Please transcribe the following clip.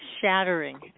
shattering